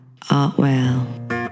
Artwell